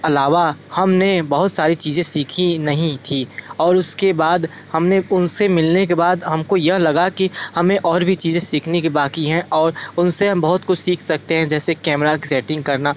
अलावा हमने बहुत सारी चीज़ें सीखीं नहीं थी और उसके बाद हमने उनसे मिलने के बाद हमको यह लगा कि हमें और भी चीज़ें सीखने की बाकी हैं और उनसे हम बहुत कुछ सीख सकते हैं जैसे कैमरा सेटिंग करना